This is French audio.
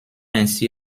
ainsi